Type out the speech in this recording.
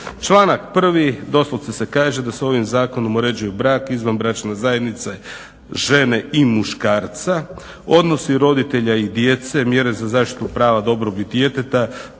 Članak 1., doslovce se kaže da se ovim zakonom uređuje brak, izvanbračna zajednica žene i muškarca, odnosi roditelja i djece, mjere za zaštitu prava, dobrobit djeteta,